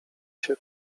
się